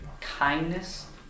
kindness